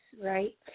right